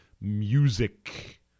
music